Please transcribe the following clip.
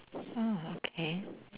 okay